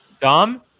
Dom